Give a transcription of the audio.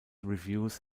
reviews